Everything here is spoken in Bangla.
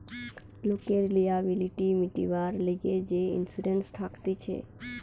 লোকের লিয়াবিলিটি মিটিবার লিগে যে ইন্সুরেন্স থাকতিছে